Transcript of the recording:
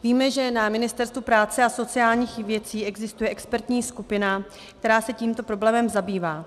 Víme, že na Ministerstvu práce a sociálních věcí existuje expertní skupina, která se tímto problémem zabývá.